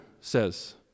says